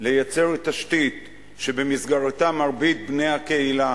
לייצר תשתית שבמסגרתה מרבית בני הקהילה